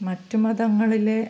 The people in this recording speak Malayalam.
മറ്റു മതങ്ങളിലെ